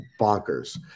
bonkers